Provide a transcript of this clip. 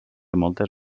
moltes